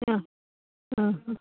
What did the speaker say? ಹಾಂ ಹಾಂ ಹಾಂ